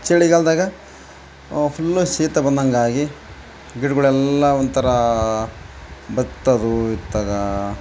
ಚಳಿಗಾಲದಾಗೆ full ಶೀತ ಬಂದಂಗೆ ಆಗಿ ಗಿಡಗಳೆಲ್ಲ ಒಂಥರ ಬತ್ತೋದು ಇತ್ತದೆ